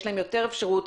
יש להן יותר אפשרות